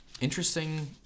Interesting